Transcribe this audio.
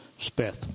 Speth